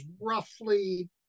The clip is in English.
roughly